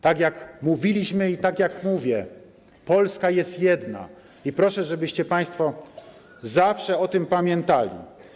Tak, jak mówiliśmy, i tak, jak mówię, Polska jest jedna i proszę, żeby Państwo zawsze o tym pamiętali.